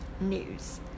news